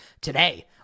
today